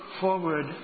forward